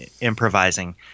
improvising